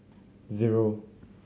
zero